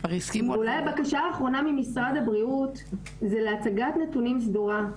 אולי הבקשה האחרונה ממשרד הבריאות היא להצגת נתונים סדורה.